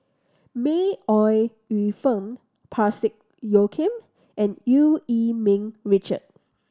May Ooi Yu Fen Parsick Joaquim and Eu Yee Ming Richard